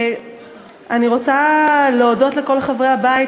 אני רוצה להודות לכל חברי הבית.